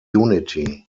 unity